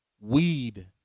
weed